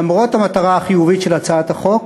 למרות המטרה החיובית של הצעת החוק,